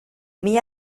mila